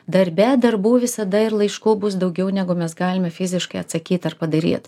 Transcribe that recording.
darbe darbų visada ir laiškų bus daugiau negu mes galime fiziškai atsakyt ar padaryt